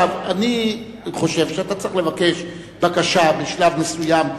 אני חושב שאתה צריך לבקש בקשה בשלב מסוים,